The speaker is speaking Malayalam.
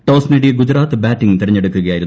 ടോസ് നേടിയ ഗുജറാത്ത് ബാറ്റിംഗ് തെരഞ്ഞെടുക്കുകയായിരുന്നു